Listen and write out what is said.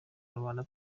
rubanda